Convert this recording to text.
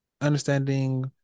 understanding